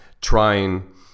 trying